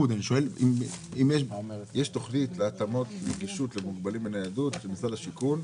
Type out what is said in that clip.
יש תוכנית להתאמות נגישות למוגבלים בניידות של משרד השיכון,